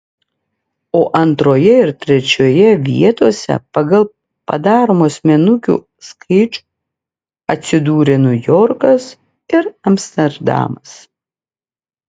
o antroje ir trečioje vietose pagal padaromų asmenukių skaičių atsidūrė niujorkas ir amsterdamas